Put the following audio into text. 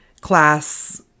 class